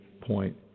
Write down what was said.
point